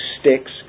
sticks